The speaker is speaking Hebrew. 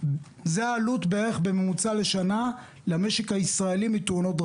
ובשנים האחרונות היו בחירות וחלו חילופים של ממשלות,